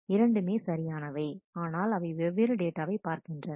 இரண்டுமே சரியானவை ஆனால் அவை வெவ்வேறு டேட்டாவை பார்க்கின்றன